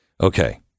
Okay